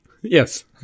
Yes